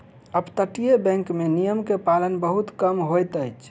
अपतटीय बैंक में नियम के पालन बहुत कम होइत अछि